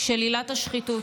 של עילת השחיתות.